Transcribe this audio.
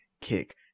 kick